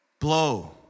blow